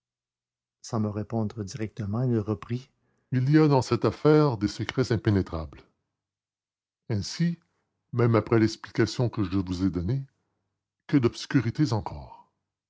sans me répondre directement il reprit il y a dans cette affaire des secrets impénétrables ainsi même après l'explication que je vous ai donnée que d'obscurités encore